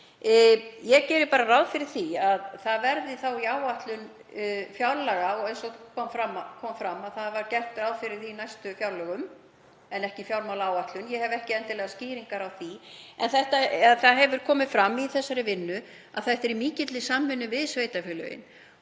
Ég geri bara ráð fyrir því að það verði þá í næstu fjárlögum. Eins og fram kom er gert ráð fyrir því í næstu fjárlögum en ekki í fjármálaáætlun, ég hef ekki endilega skýringar á því. En komið hefur fram í þessari vinnu að þetta er unnið í mikilli samvinnu við sveitarfélögin.